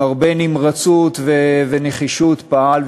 עם הרבה נמרצות ונחישות, פעל.